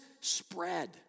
spread